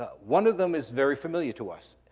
ah one of them is very familiar to us.